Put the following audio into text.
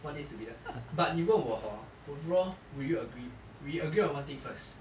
what needs to be done but 你问我 hor overall would you agree we agree on one thing first